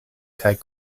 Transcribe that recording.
kaj